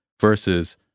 versus